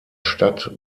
stadt